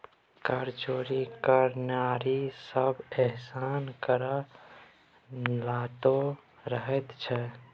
कर चोरी करनिहार सभ एहिना कर टालैत रहैत छै